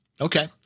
Okay